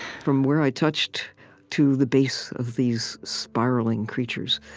from where i touched to the base of these spiraling creatures.